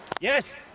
Yes